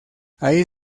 allí